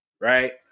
right